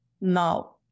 no